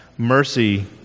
Mercy